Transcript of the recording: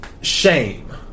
shame